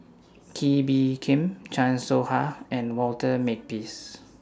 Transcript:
Kee Bee Khim Chan Soh Ha and Walter Makepeace